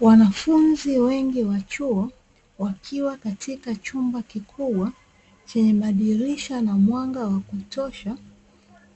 Wanafunzi wengi wa chuo wakiwa katika chumba kikubwa, chenye madirisha na mwanga wa kutosha,